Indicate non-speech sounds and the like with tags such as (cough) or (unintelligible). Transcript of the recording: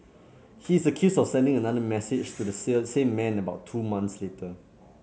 he is accused of sending another message to the (unintelligible) same man about two months later